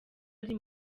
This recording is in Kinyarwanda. ari